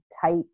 tight